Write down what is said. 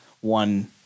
one